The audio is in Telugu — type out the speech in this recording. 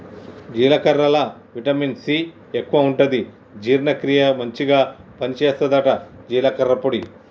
జీలకర్రల విటమిన్ సి ఎక్కువుంటది జీర్ణ క్రియకు మంచిగ పని చేస్తదట జీలకర్ర పొడి